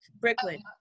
Brooklyn